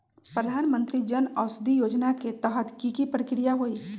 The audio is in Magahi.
प्रधानमंत्री जन औषधि योजना के तहत की की प्रक्रिया होई?